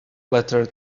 letter